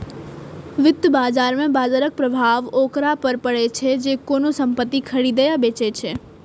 वित्त बाजार मे बाजरक प्रभाव ओकरा पर पड़ै छै, जे कोनो संपत्ति खरीदै या बेचै छै